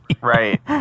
Right